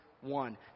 one